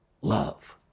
love